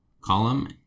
column